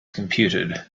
computed